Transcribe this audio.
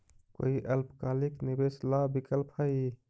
कोई अल्पकालिक निवेश ला विकल्प हई?